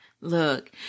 Look